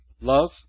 love